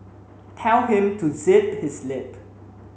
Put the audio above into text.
tell him to zip his lip